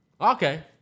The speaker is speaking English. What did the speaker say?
Okay